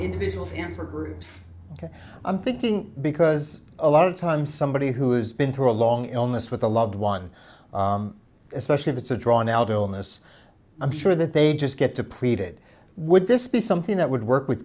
individuals and for groups i'm thinking because a lot of time somebody who has been through a long illness with a loved one especially if it's a drawn out illness i'm sure that they just get to plead it would this be something that would work with